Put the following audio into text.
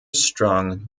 strong